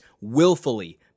willfully